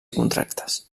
contractes